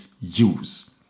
use